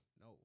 no